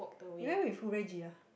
you went with who Regi ah